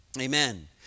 amen